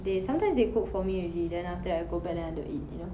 they sometimes they cook for me already then after that I go back then I don't eat you know